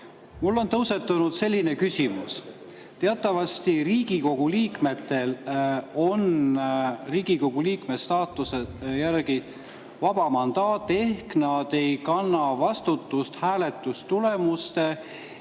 Mul on tõusetunud selline küsimus. Teatavasti Riigikogu liikmetel on Riigikogu liikme staatuse [seaduse] järgi vaba mandaat ehk nad ei kanna vastutust hääletustulemuste